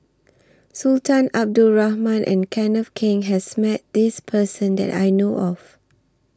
Sultan Abdul Rahman and Kenneth Keng has Met This Person that I know of